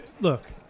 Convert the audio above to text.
look